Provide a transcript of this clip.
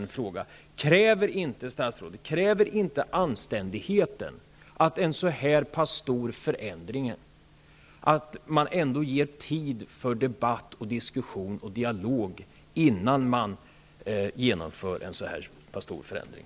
Kräver inte anständigheten att man vid en så här pass stor förändring ändå ger tid för debatt, diskussion och dialog innan man genomför denna förändring?